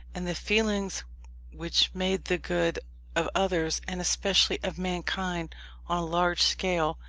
and the feelings which made the good of others, and especially of mankind on a large scale,